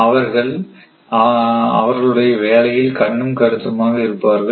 அவர்கள் அவர்களுடைய வேலையில் கண்ணும் கருத்துமாக இருப்பார்கள்